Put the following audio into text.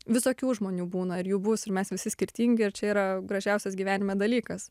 visokių žmonių būna ir jų bus ir mes visi skirtingi ir čia yra gražiausias gyvenime dalykas